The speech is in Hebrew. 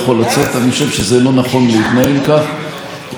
ואני אתייחס לשלוש ההצעות האחרות.